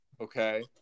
okay